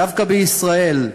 דווקא בישראל,